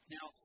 Now